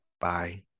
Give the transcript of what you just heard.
Bye